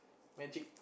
magic